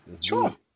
Sure